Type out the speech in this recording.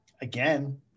again